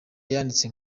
yanditse